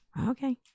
Okay